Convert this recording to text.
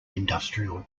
industrial